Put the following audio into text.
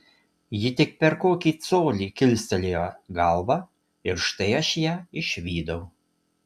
ji tik per kokį colį kilstelėjo galvą ir štai aš ją išvydau